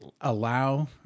allow